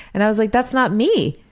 and i was like that's not me!